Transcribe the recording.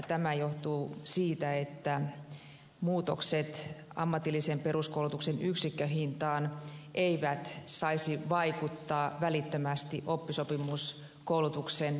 tämä johtuu siitä että muutokset ammatillisen peruskoulutuksen yksikköhintaan eivät saisi vaikuttaa välittömästi oppisopimuskoulutuksen rahoitukseen